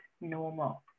normal